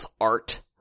art